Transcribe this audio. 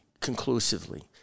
conclusively